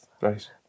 right